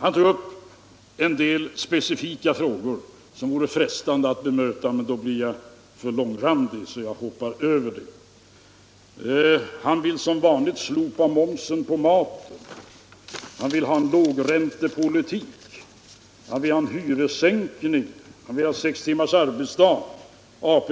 Han tog upp en del specifika frågor som det vore frestande att bemöta, men då blir jag för långrandig, så det hoppar jag över. Han vill som vanligt slopa momsen på maten, ha en lågräntepolitik, hyressänkning, 6 timmars arbetsdag, använda